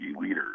leaders